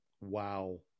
Wow